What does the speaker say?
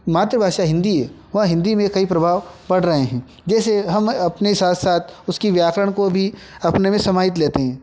मातृभाषा हिंदी है वह हिंदी में कई प्रभाव पड़ रहे हैं जैसे हम अपने साथ साथ उसके व्याकरण को भी अपने में समाहित लेते हैं